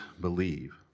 believe